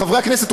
חברי הכנסת,